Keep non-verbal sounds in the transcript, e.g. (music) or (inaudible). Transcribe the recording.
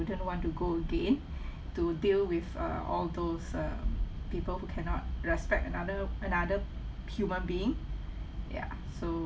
want to go again (breath) to deal with uh all those um people who cannot respect another another human being ya so